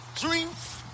Dreams